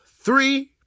three